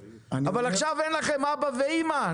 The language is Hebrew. אבל עכשיו אין לכם אבא ואימא,